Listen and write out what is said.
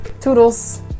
Toodles